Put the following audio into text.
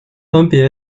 分别